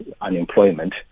unemployment